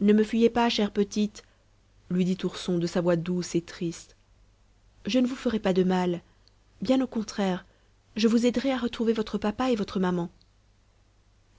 ne me fuyez pas chère petite lui dit ourson de sa voix douce et triste je ne vous ferai pas de mal bien au contraire je vous aiderai à retrouver votre papa et votre maman